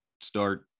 start